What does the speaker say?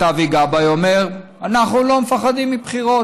את אבי גבאי אומר: אנחנו לא מפחדים מבחירות.